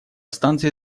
станции